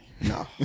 No